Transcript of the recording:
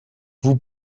vous